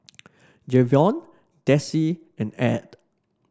Jayvion Dessie and Ed